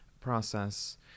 process